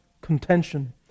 contention